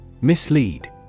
Mislead